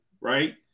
right